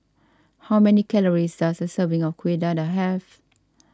how many calories does a serving of Kueh Dadar have